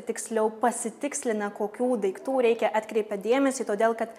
tiksliau pasitikslina kokių daiktų reikia atkreipia dėmesį todėl kad